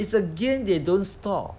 it's a game they don't stop